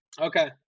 Okay